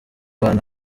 bantu